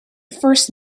first